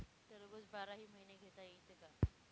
टरबूज बाराही महिने घेता येते का?